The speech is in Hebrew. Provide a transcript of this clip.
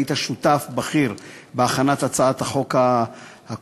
היית שותף בכיר בהכנת הצעת החוק הקודמת,